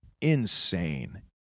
insane